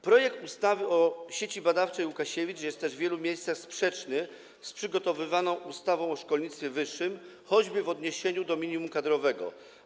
Projekt ustawy o Sieci Badawczej: Łukasiewicz jest też w wielu miejscach sprzeczny z przygotowywaną ustawą o szkolnictwie wyższych, choćby w odniesieniu do minimum kadrowego.